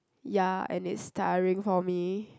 ya and it's tiring for me